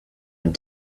and